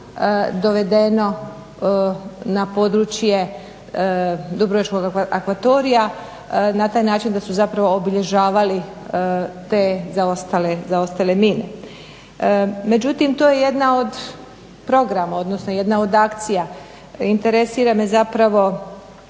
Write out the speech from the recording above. dovedeno na područje Dubrovačkog akvatorija, na taj način da su zapravo obilježavali te zaostale mine. Međutim, to je jedna od programa, odnosno jedna od akcija. Interesira me zapravo